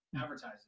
Advertising